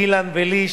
אילן ולי,